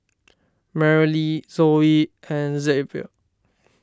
Merrily Zoey and Xzavier